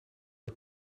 het